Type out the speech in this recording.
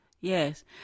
Yes